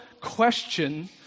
question